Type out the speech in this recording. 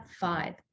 five